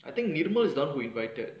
I think minimum is dawn who invited